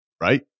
right